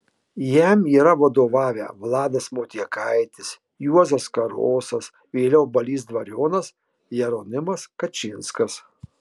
jam yra vadovavę vladas motiekaitis juozas karosas vėliau balys dvarionas jeronimas kačinskas